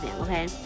okay